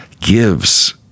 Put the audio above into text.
gives